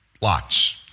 Lots